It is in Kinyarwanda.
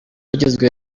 ugizwe